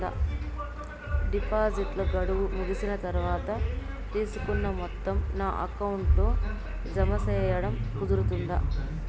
డిపాజిట్లు గడువు ముగిసిన తర్వాత, తీసుకున్న మొత్తం నా అకౌంట్ లో జామ సేయడం కుదురుతుందా?